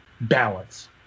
Balance